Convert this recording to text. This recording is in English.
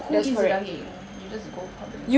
who eats the daging you just go for the